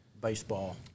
baseball